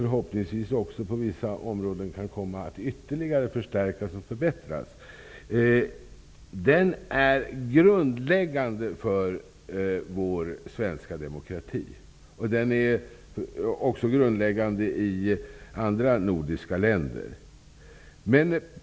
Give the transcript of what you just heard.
Förhoppningsvis kan den också på vissa områden komma att ytterligare förstärkas och förbättras. Den är också grundläggande i andra nordiska länder.